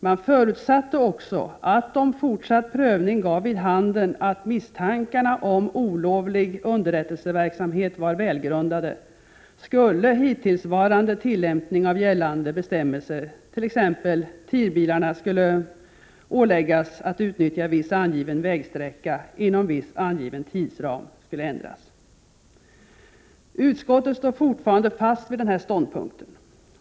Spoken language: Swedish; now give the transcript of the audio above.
Man förutsatte också att om fortsatt prövning gav vid handen att misstankarna om olovlig underrättelseverksamhet var välgrundade, skulle hittillsvarande tillämpning av gällande bestämmelser, att t.ex. TIR-bilarna skulle åläggas utnyttja viss angiven vägsträcka inom viss angiven tidsram, ändras. Utskottet står fortfarande fast vid denna ståndpunkt.